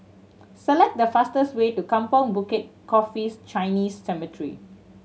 select the fastest way to Kampong Bukit Coffee Chinese Cemetery